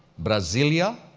brasilia,